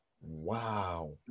Wow